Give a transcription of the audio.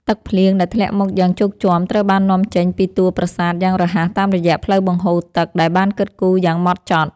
ទឹកភ្លៀងដែលធ្លាក់មកយ៉ាងជោកជាំត្រូវបាននាំចេញពីតួប្រាសាទយ៉ាងរហ័សតាមរយៈផ្លូវបង្ហូរទឹកដែលបានគិតគូរយ៉ាងហ្មត់ចត់។